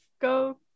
go